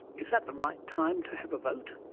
is that the right time to have a vote?